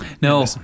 no